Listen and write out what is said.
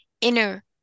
inner